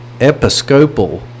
Episcopal